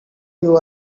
you